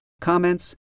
comments